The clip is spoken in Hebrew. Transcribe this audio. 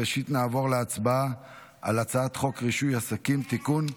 ראשית נעבור להצבעה על הצעת חוק רישוי עסקים (תיקון,